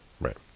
Right